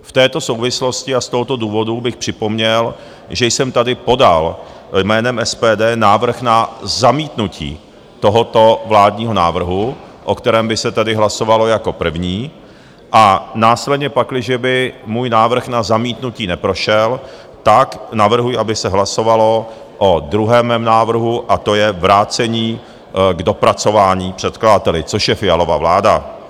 V této souvislosti a z tohoto důvodu bych připomněl, že jsem tady podal jménem SPD návrh na zamítnutí tohoto vládního návrhu, o kterém by se tady hlasovalo jako první, a následně, pakliže by můj návrh na zamítnutí neprošel, tak navrhuji, aby se hlasovalo o druhém mém návrhu, a to je vrácení k dopracování předkladateli, což je Fialova vláda.